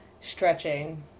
stretching